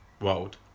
world